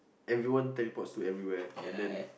everyone teleports to everywhere